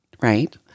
right